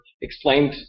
explained